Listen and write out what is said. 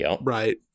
right